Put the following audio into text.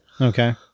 Okay